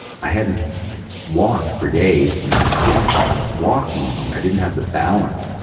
i hadn't walked for days and i couldn't walk normally. i didn't have the balance.